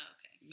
Okay